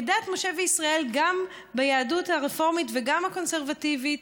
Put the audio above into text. כדת משה וישראל גם ביהדות הרפורמית וגם הקונסרבטיבית,